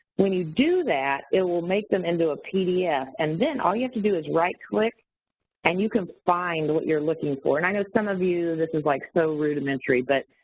when you do that, it will make them into a pdf and then all you have to do is right-click and you can find what you're looking for, and i know some of you, this is like so rudimentary. but